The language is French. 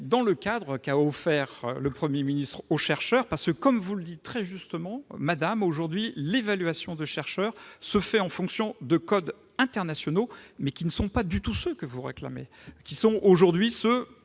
dans le cadre qu'a offert le Premier ministre aux chercheurs. Comme vous le dites très justement, madame la rapporteur, aujourd'hui, l'évaluation de chercheurs se fait en fonction de codes internationaux, mais qui ne sont pas du tout ceux que vous réclamez. Ils prennent